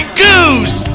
goose